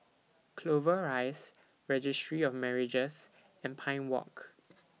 Clover Rise Registry of Marriages and Pine Walk